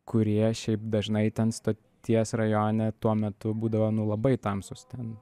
kurie šiaip dažnai ten stoties rajone tuo metu būdavo nu labai tamsūs ten